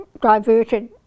diverted